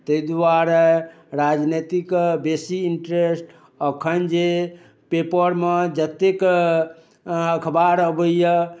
तैं दुआरे राजनैतिक के बेसी ईन्ट्रेस्ट अखन जे पेपर मे जतेक अखबार अबैया